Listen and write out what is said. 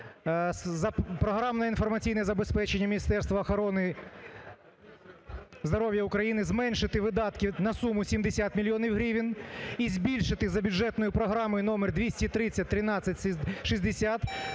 "Програмно-інформаційне забезпечення Міністерства охорони здоров'я України", зменшити видатки на суму 70 мільйонів гривень, і збільшити за бюджетною програмою номер 2301360